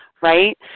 right